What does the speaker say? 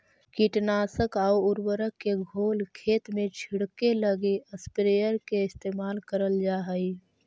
कीटनाशक आउ उर्वरक के घोल खेत में छिड़ऽके लगी स्प्रेयर के इस्तेमाल करल जा हई